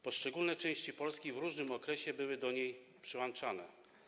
Poszczególne części Polski w różnym okresie były do niej przyłączane.